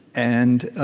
and